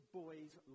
boy's